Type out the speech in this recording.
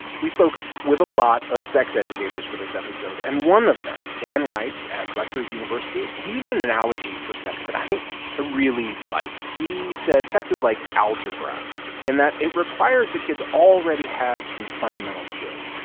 we spoke with a lot of sex educators for this episode, and one of them, dan rice at rutgers university he used an an analogy for sex that i ah really like. he said sex is like algebra in that it requires that kids already have some fundamental skills.